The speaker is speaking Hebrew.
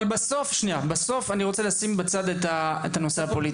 בסוף, אני רוצה לשים בצד את הנושא הפוליטי.